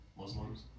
Muslims